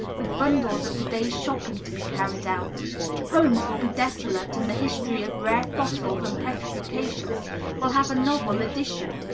with bundles of the day's shopping to be carried out homes will be desolate and the history of rare fossils and petrifactions will have a novel addition.